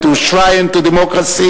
and to the shrine of democracy,